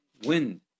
wind